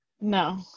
No